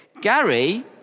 Gary